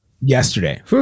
Yesterday